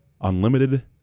unlimited